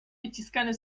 wyciskany